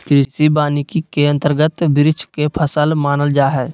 कृषि वानिकी के अंतर्गत वृक्ष के फसल मानल जा हइ